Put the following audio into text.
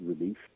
relief